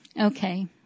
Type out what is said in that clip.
Okay